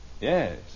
Yes